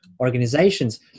organizations